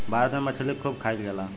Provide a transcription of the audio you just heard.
भारत में मछली खूब खाईल जाला